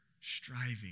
striving